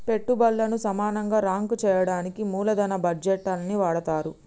పెట్టుబల్లను సమానంగా రాంక్ చెయ్యడానికి మూలదన బడ్జేట్లని వాడతరు